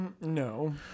no